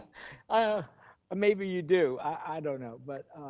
but ah maybe you do. i don't know, but